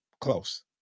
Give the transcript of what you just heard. close